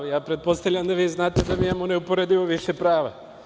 Pretpostavljam da vi znate da mi imamo neuporedivo više prava.